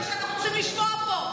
בזמן מלחמה זה מה שאנחנו צריכים לשמוע פה.